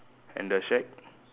and the shack